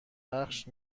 بخش